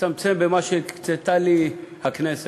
אצטמצם במה שהקצתה לי הכנסת.